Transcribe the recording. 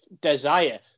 desire